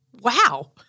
wow